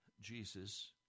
Jesus